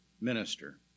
minister